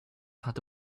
had